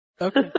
Okay